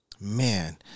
Man